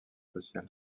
sociale